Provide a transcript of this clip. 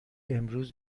امروز